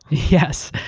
yes.